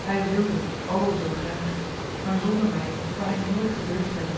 hij wilde o zoo graag maar zonder mij zou hij nooit gedurfd hebben